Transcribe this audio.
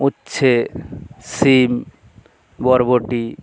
উচ্ছে শিম বরবটি